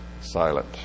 silent